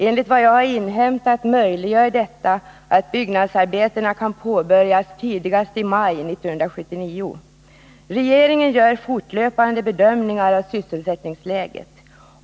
Enligt vad jag har inhämtat möjliggör detta att byggnadsarbetena kan påbörjas tidigast i maj 1979. Regeringen gör fortlöpande bedömningar av sysselsättningsläget.